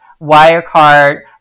Wirecard